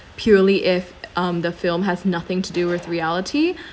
purely if um the film has nothing to do with reality